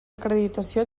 acreditació